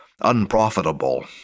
unprofitable